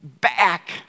back